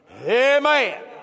Amen